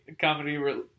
comedy